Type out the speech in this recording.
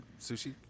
sushi